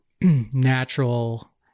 natural